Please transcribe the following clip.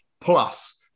Plus